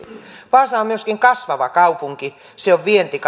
vaasa on myöskin kasvava kaupunki se on vientikaupunki